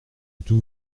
tout